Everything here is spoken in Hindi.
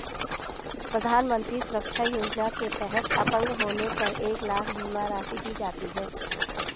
प्रधानमंत्री सुरक्षा योजना के तहत अपंग होने पर एक लाख बीमा राशि दी जाती है